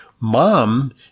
mom